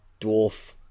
dwarf